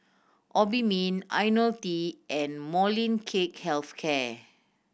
Obimin Ionil T and Molnylcke Health Care